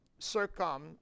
circum